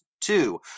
Two